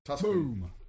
Boom